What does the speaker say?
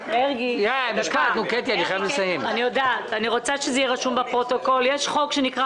יש חוק שנקרא